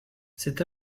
cet